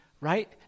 right